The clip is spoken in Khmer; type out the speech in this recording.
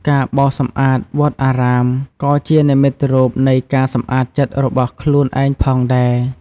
ការបោសសម្អាតវត្តអារាម ក៏ជានិមិត្តរូបនៃការសម្អាតចិត្តរបស់ខ្លួនឯងផងដែរ។